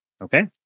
okay